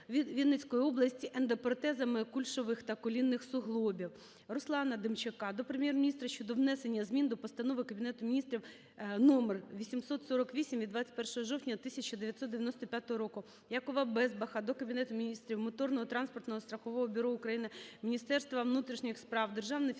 Вінницької області ендопротезами кульшових та колінних суглобів. РусланаДемчакадо Прем'єр-міністра щодо внесення змін до Постанови Кабінету Міністрів № 848 від 21 жовтня 1995 року. Якова Безбаха до Кабінету Міністрів, Моторного (транспортного) страхового бюро України, Міністерства внутрішніх справ, Державної фіскальної